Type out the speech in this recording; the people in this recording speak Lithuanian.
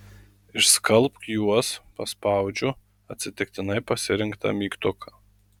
išskalbk juos paspaudžiu atsitiktinai pasirinktą mygtuką